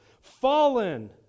Fallen